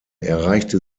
erreichte